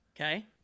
Okay